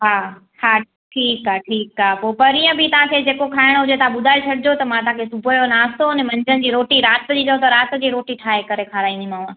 हा हा ठीकु आहे ठीकु आहे पोइ पणीअं बि तव्हांखे जेको खाइणो हुजे तव्हां ॿुधाए छॾिजो त मां तव्हांखे सुबुह जो नास्तो अने मंझंदि जी रोटी राति जी चओ त राति जी रोटी ठाहे करे खाराईंदीमांव